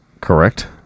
correct